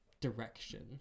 direction